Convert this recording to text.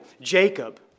Jacob